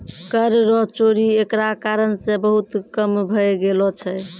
कर रो चोरी एकरा कारण से बहुत कम भै गेलो छै